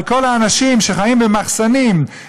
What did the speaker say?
אבל כל האנשים שחיים במחסנים,